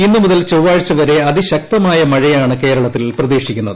ഇന്നു മുതൽ ചൊവ്വാഴ്ച വരെ അതിശക്തമായ് മഴയാണ് കേരളത്തിൽ പ്രതീക്ഷിക്കുന്നത്